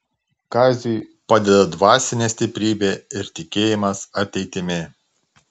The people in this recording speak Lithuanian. kaziui padeda dvasinė stiprybė ir tikėjimas ateitimi